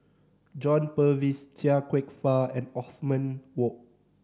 John Purvis Chia Kwek Fah and Othman Wok